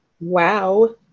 Wow